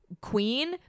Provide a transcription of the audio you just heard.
queen